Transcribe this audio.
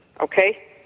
okay